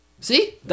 See